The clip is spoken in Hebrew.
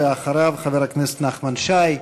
אחריו, חבר הכנסת נחמן שי.